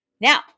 Now